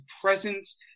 presence